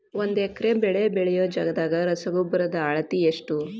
ಒಂದ್ ಎಕರೆ ಬೆಳೆ ಬೆಳಿಯೋ ಜಗದಾಗ ರಸಗೊಬ್ಬರದ ಅಳತಿ ಎಷ್ಟು?